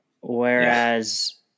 Whereas